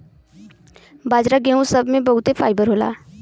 बाजरा गेहूं सब मे बहुते फाइबर होला